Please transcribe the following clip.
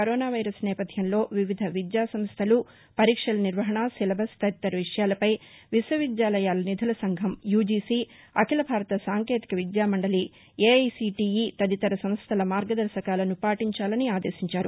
corona virus నేపథ్యంలో వివిధ విద్యాసంస్టలు పరీక్షల నిర్వహణ సిలబస్ తదితర విషయాలపై విశ్వవిద్యాలయాల నిధుల సంఘం యుజిసి అఖీల భారత సాంకేతిక విద్యా మండలి ఏఐసిటీఈ తదితర సంస్టల మార్గదర్భకాలను పాటించాలని ఆదేశించారు